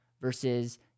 versus